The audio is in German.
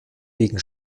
wegen